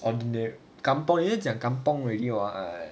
and the kampung 你都讲 kampung already [what]